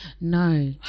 no